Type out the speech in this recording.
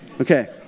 Okay